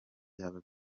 byaba